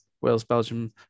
Wales-Belgium